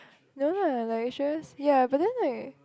never heard like she was ya but then I